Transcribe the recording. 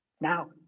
now